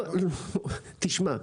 תשמע,